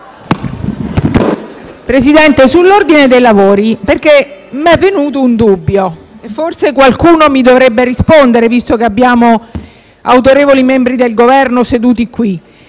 intervengo sull’ordine dei lavori. Mi è venuto un dubbio e forse qualcuno mi dovrebbe rispondere, visto che abbiamo autorevoli membri del Governo seduti in